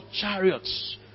chariots